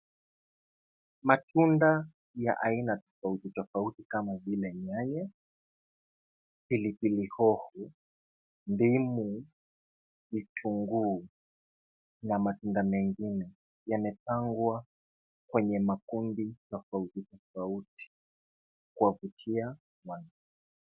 Matunda ya aina tofauti tofauti kama vile nyanya, pili pili hoho, ndimu, vitunguu na matunda mengine, yamepangwa kwenye makundi tofauti tofauti kuwavutia watu.